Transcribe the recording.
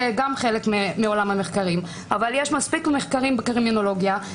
היה אפשר לחשוב שתהיה זרוע מחקרית לגורמי